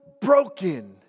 broken